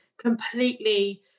Completely